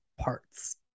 parts